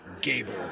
Gable